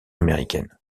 américaine